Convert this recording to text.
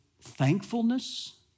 thankfulness